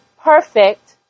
perfect